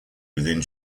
within